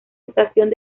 estación